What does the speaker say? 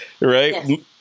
right